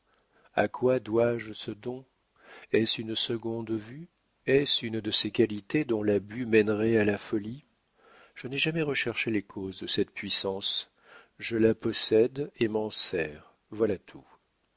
a quoi dois-je ce don est-ce une seconde vue est-ce une de ces qualités dont l'abus mènerait à la folie je n'ai jamais recherché les causes de cette puissance je la possède et m'en sers voilà tout